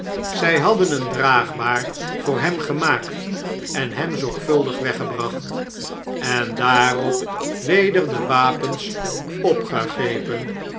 zjj hadden eene draagbaar voor hem gemaakt en hem zorgvuldig weggebracht en daarop weder de wapens opgegrepen